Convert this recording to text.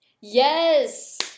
yes